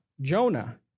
Jonah